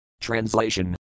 Translation